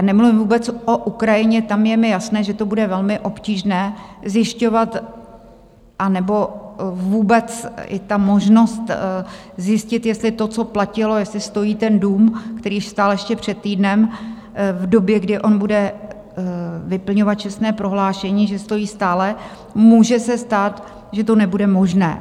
Nemluvím vůbec o Ukrajině, tam je mi jasné, že to bude velmi obtížné zjišťovat, anebo vůbec i ta možnost zjistit, jestli to, co platilo, jestli stojí ten dům, který stál ještě před týdnem, v době, kdy on bude vyplňovat čestné prohlášení, že stojí stále může se stát, že to nebude možné.